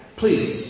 please